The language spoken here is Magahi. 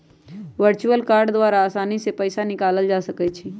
वर्चुअल कार्ड द्वारा असानी से पइसा निकालल जा सकइ छै